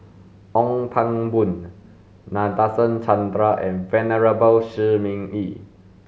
Ong Pang Boon Nadasen Chandra and Venerable Shi Ming Yi